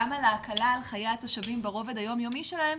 גם על ההקלה על התושבים ברובד היומיומי שלהם,